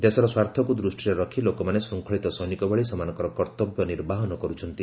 ଦେଶର ସ୍ୱାର୍ଥକୁ ଦୃଷ୍ଟିରେ ରଖି ଲୋକମାନେ ଶୃଙ୍ଖଳିତ ସୈନିକ ଭଳି ସେମାନଙ୍କର କର୍ତ୍ତବ୍ୟ ନିର୍ବାହନ କରୁଛନ୍ତି